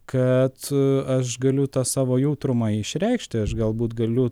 kad aš galiu tą savo jautrumą išreikšti aš galbūt galiu